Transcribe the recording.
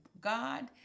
God